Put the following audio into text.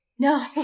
No